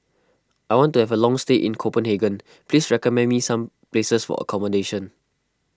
I want to have a long stay in Copenhagen please recommend me some places for accommodation